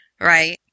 right